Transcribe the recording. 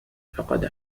فقد